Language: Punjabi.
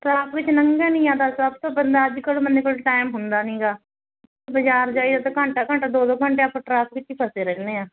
ਟ੍ਰਾਫਿਕ 'ਚ ਨੰਘਿਆ ਨੀ ਜਾਂਦਾ ਸਭ ਤੋ ਬੰਦਾ ਅੱਜ ਕੱਲ ਬੰਦੇ ਕੋਲ ਟਾਈਮ ਹੁੰਦਾ ਨੀ ਗਾ ਬਜ਼ਾਰ ਜਾਈਦਾ ਤਾਂ ਘੰਟਾ ਘੰਟਾ ਦੋ ਦੋ ਘੰਟੇ ਆਪਾਂ ਟ੍ਰੈਫਇਕ 'ਚ ਹੀ ਫਸੇ ਰਹਿੰਦੇ ਆ